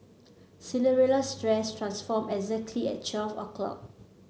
Cinderella's dress transformed exactly at twelve o'clock